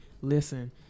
listen